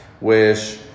wish